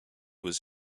was